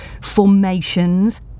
formations